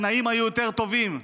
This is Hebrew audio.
והתנאים היו יותר טובים.